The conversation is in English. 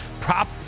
Prop